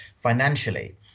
financially